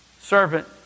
servant